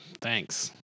Thanks